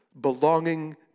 belonging